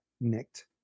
nicked